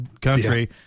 country